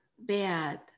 bad